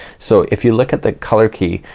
so if you look at the color key,